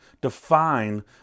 define